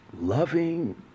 Loving